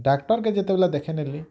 doctor କେ ଯେତେବେଲେ ଦେଖେଇ ନେଲି